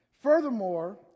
Furthermore